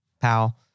pal